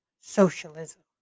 socialism